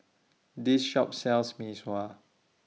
This Shop sells Mee Sua